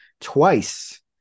twice